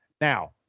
Now